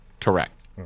Correct